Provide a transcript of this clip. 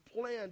plan